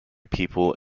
peoples